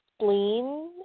spleen